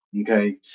okay